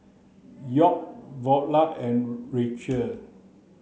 York Viola and Rachel